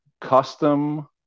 custom